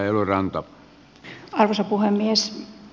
arvoisa puhemies